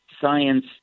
science